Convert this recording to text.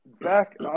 back